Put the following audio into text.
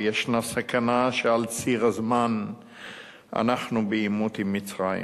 וישנה סכנה שעל ציר הזמן אנחנו בעימות עם מצרים.